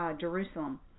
Jerusalem